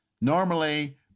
Normally